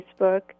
Facebook